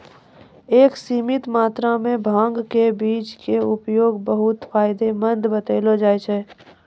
एक सीमित मात्रा मॅ भांग के बीज के उपयोग बहु्त फायदेमंद बतैलो जाय छै